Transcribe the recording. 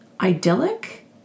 idyllic